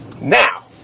Now